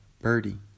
Birdie